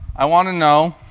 i want to know,